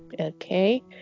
Okay